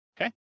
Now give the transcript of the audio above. okay